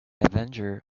avenger